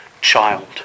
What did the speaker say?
child